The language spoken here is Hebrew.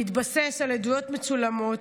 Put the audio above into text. בהתבסס על עדויות מצולמות,